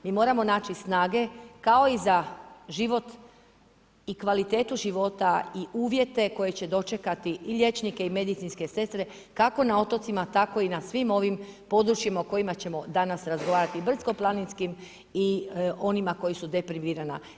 Mi moramo naći snage kao i za život i kvalitetu života i uvjete koje će dočekati i liječnike i medicinske sestre kako na otocima tako i na svim ovim područjima o kojima ćemo danas razgovarati, brdsko-planinskim i onima koji su deprivirana.